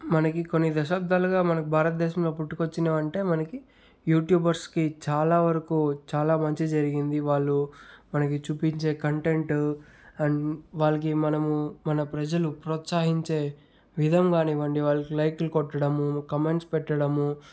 మనకి కొన్ని దశాబ్దాలుగా మనకి భారతదేశంలో పుట్టుకొచ్చినవంటే మనకి యూట్యూబర్స్కి చాలా వరకు చాలా మంచి జరిగింది వాళ్ళు మనకి చూపించే కంటెంట్ అండ్ వాళ్ళకి మనము మన ప్రజలు ప్రోత్సహించే విధం కానివ్వండి వాళ్ళకి లైక్లు కొట్టడము కామెంట్స్ పెట్టడము